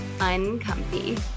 uncomfy